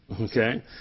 Okay